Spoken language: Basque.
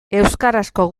euskarazko